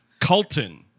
Colton